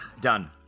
Done